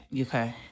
Okay